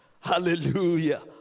Hallelujah